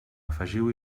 afegiu